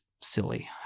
silly